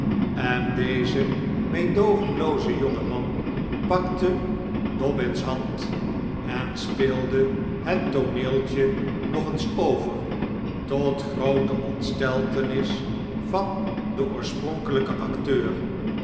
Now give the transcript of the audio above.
en deze meedoogenlooze jonge man pakte dobbin's hand en speelde het tooneeltje nog eens over tot groote ontsteltenis van den oorspronkelijken acteur